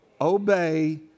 obey